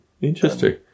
interesting